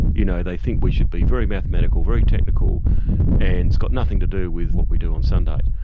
you know, they think we should be very mathematical, very technical and it's got nothing to do with what we do on sunday.